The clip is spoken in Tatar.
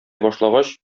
башлагач